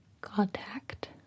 contact